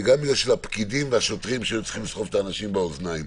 וגם בשביל הפקידים והשוטרים שהיו צריכים לסחוב את האנשים באוזניים.